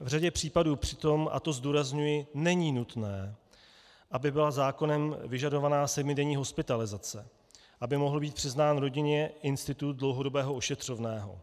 V řadě případů přitom a to zdůrazňuji není nutné, aby byla zákonem vyžadována sedmidenní hospitalizace, aby mohl být přiznán rodině institut dlouhodobého ošetřovného.